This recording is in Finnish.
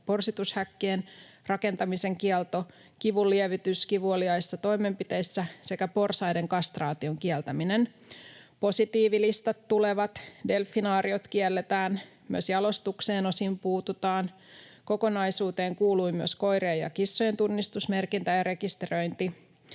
porsitushäkkien rakentamisen kielto, kivunlievitys kivuliaissa toimenpiteissä sekä porsaiden kastraation kieltäminen. Positiivilistat tulevat, delfinaariot kielletään, myös jalostukseen osin puututaan. Kokonaisuuteen kuului myös koirien ja kissojen tunnistusmerkintä ja rekisteröinti.